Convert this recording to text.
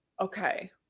Okay